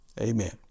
Amen